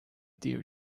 dear